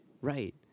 right